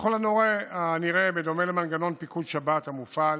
ככל הנראה בדומה למנגנון פיקוד שבת המופעל